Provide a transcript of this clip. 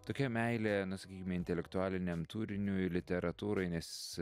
tokia meilė nu sakykime intelektualiniam turiniui literatūrai nes